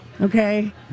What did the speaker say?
Okay